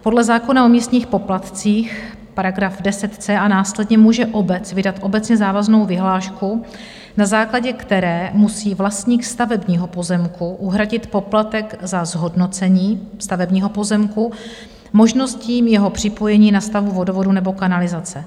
Podle zákona o místních poplatcích § 10c a následně může obec vydat obecně závaznou vyhlášku, na základě které musí vlastník stavebního pozemku uhradit poplatek za zhodnocení stavebního pozemku možností jeho připojení ke stavu vodovodu nebo kanalizace.